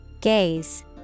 Gaze